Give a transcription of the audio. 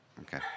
Okay